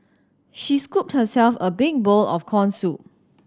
she scooped herself a big bowl of corn soup